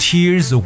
Tears